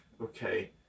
okay